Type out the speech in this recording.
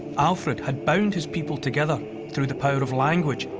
alfred had bound his people together through the power of language,